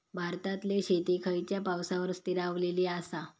भारतातले शेती खयच्या पावसावर स्थिरावलेली आसा?